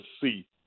see